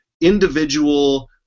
individual